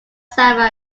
sava